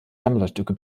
sammlerstücke